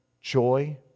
joy